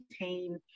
maintain